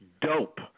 dope